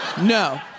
No